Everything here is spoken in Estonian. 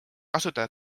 kasutada